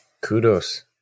Kudos